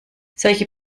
solche